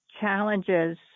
challenges